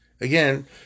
Again